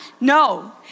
No